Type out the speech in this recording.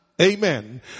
amen